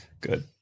Good